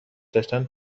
داشتم